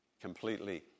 completely